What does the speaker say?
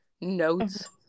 notes